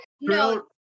No